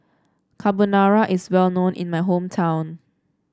Carbonara is well known in my hometown